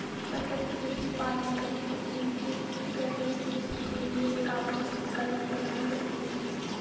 सतत कृषि पारंपरिक इनपुट गहन कृषि के लिए एक आवश्यक विकल्प प्रदान करती है